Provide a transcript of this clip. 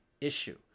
issue